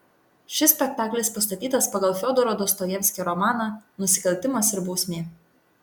šis spektaklis pastatytas pagal fiodoro dostojevskio romaną nusikaltimas ir bausmė